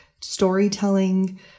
storytelling